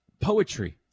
poetry